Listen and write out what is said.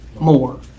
more